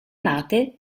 nate